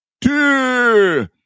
two